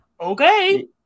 okay